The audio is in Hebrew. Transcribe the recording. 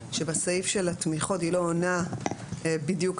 שבסעיף של התמיכות היא לא עונה בדיוק על מה